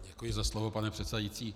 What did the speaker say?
Děkuji za slovo, pane předsedající.